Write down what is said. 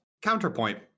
Counterpoint